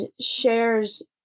shares